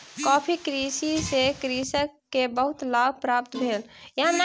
coffee कृषि सॅ कृषक के बहुत लाभ प्राप्त भेल